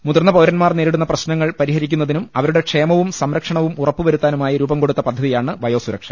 മുതിർന്ന പൌര ന്മാർ നേരിടുന്ന പ്രശ്നങ്ങൾ പരിഹരിക്കുന്നതിനും അവരുടെ ക്ഷേമവും സംരക്ഷണവും ഉറപ്പുവരുത്താനുമായി രൂപം കൊടുത്ത പദ്ധതിയാണ് വയോസുരക്ഷ